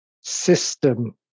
system